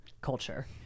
culture